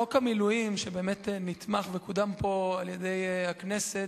חוק המילואים, שבאמת נתמך וקודם פה על-ידי הכנסת,